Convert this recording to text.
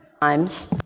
times